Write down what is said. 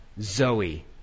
Zoe